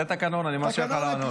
זה התקנון, אני מרשה לך להראות.